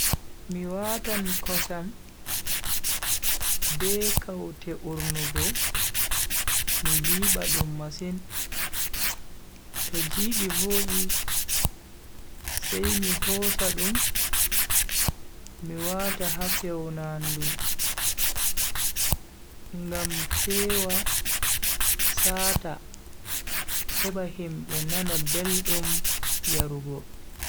Mi watan kosam be kaute urnugo mi jiba dum masin. To jibi vodi, sai mi hosa dum mi wata ha fewnandu ngam fewa saata heba himbe nana beldum yarugo.